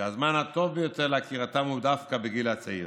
שהזמן הטוב ביותר לעקירתם הוא דווקא בגיל הצעיר.